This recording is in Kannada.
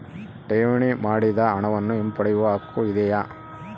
ಠೇವಣಿ ಮಾಡಿದ ಹಣವನ್ನು ಹಿಂಪಡೆಯವ ಹಕ್ಕು ಇದೆಯಾ?